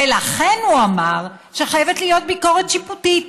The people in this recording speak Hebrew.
ולכן הוא אמר שחייבת להיות ביקורת שיפוטית,